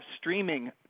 streaming